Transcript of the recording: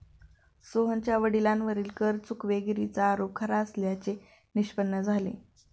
सोहनच्या वडिलांवरील कर चुकवेगिरीचा आरोप खरा असल्याचे निष्पन्न झाले